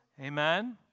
Amen